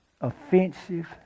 offensive